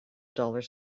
dollars